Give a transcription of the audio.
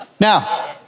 Now